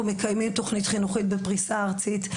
מקיימים תוכנית חינוכית בפרישה ארצית.